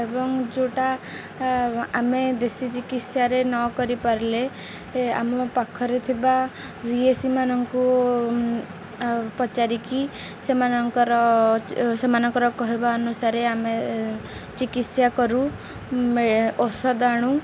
ଏବଂ ଯେଉଁଟା ଆମେ ଦେଶୀ ଚିକିତ୍ସାରେ ନ କରିପାରିଲେ ଆମ ପାଖରେ ଥିବା ଭିଏସିମାନଙ୍କୁ ପଚାରିକି ସେମାନଙ୍କର ସେମାନଙ୍କର କହିବା ଅନୁସାରେ ଆମେ ଚିକିତ୍ସା କରୁ ଔଷଧ ଆଣୁ